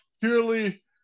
purely